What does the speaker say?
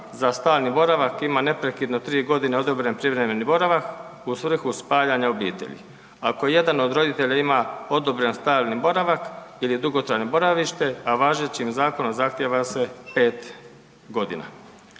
za stalni boravak ima neprekidno tri godine odobren privremeni boravak u svrhu spajanja obitelji. Ako jedan od roditelja ima odobren stalni boravak ili dugotrajno boravište, a važećim zakonom zahtjeva se pet godina.